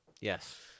Yes